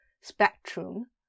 spectrum